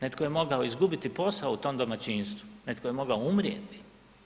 Netko je mogao izgubiti posao u tom domaćinstvu, netko je mogao umrijeti.